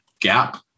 gap